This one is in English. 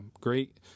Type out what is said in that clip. great